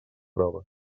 prova